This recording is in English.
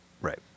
right